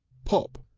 pop!